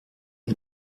ont